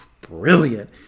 brilliant